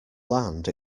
land